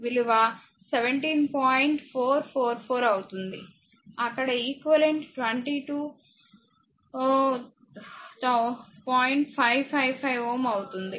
అక్కడ ఈక్వివలెంట్ 22555 Ω అవుతుంది